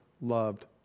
loved